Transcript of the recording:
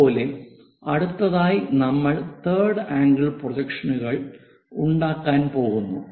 അതുപോലെ അടുത്തതായി നമ്മൾ തേർഡ് ആംഗിൾ പ്രൊജക്ഷനുകൾ ഉണ്ടാക്കാൻ പോകുന്നു